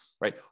Right